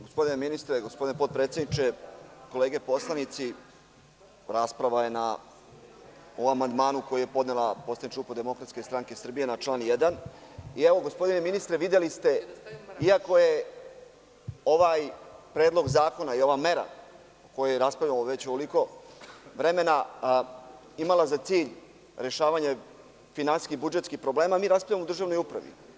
Gospodine ministre, gospodine potpredsedniče, kolege poslanici, rasprava je o amandmanu koji je podnela poslanička grupa DSS na član 1. Videli ste gospodine ministre, iako je ovaj predlog zakona i ova mera o kojoj raspravljamo već ovoliko vremena imala za cilj rešavanje finansijskih i budžetskih problema, mi raspravljamo o državnoj upravi.